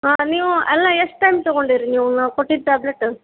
ಹಾಂ ನೀವು ಅಲ್ಲ ಎಷ್ಟು ಟೈಮ್ ತೊಗೊಂಡಿರಿ ನೀವು ನಾವು ಕೊಟ್ಟಿದ್ದ ಟ್ಯಾಬ್ಲೆಟ